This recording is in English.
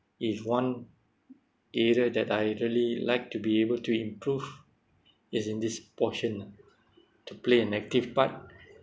is one area that I really like to be able to improve is in this portion lah to play an active part